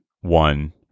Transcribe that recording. one